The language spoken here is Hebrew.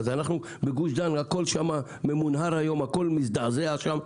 בגוש דן הכול ממונהר היום, הכול מזדעזע שם.